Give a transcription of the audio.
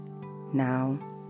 now